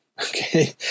Okay